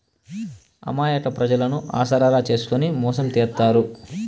అమాయక ప్రజలను ఆసరాగా చేసుకుని మోసం చేత్తారు